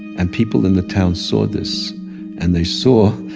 and people in the town saw this and they saw